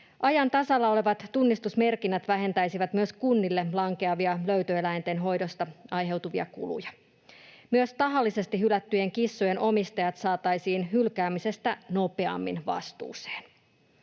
Ajan tasalla olevat tunnistusmerkinnät vähentäisivät myös kunnille lankeavia löytöeläinten hoidosta aiheutuvia kuluja. Myös tahallisesti hylättyjen kissojen omistajat saataisiin hylkäämisestä nopeammin vastuuseen.